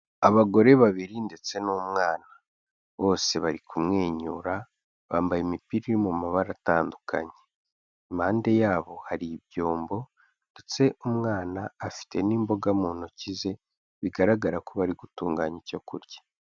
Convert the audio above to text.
Abagore babiri ndetse n'umwana, bose bari kumwenyura bambaye imipira iri mu mabara atandukanye, impande yabo hari ibyombo ndetse umwana afite n'imboga mu ntoki ze, bigaragara ko bari gutunganya icyo kurya.